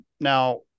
now